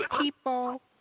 people